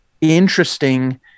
interesting